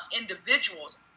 individuals